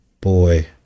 Boy